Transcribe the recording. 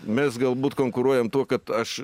mes galbūt konkuruojam tuo kad aš